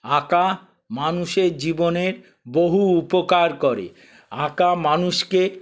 আঁকা মানুষের জীবনের বহু উপকার করে আঁকা মানুষকে